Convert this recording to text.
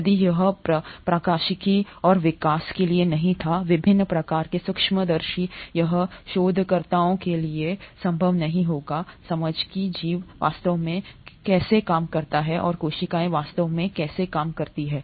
यदि यह प्रकाशिकी और विकास के लिए नहीं था विभिन्न प्रकार के सूक्ष्मदर्शी यह शोधकर्ताओं के लिए संभव नहीं होगा समझें कि जीवन वास्तव में कैसे काम करता है और कोशिकाएं वास्तव में कैसे काम करती हैं